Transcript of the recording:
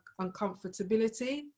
uncomfortability